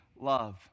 love